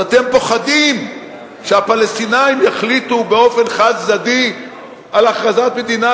אז אתם פוחדים שהפלסטינים יחליטו באופן חד-צדדי על הכרזת מדינה,